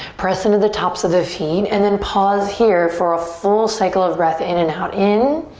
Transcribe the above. press into the tops of the feet and then pause here for a full cycle of breath in and out. in.